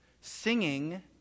singing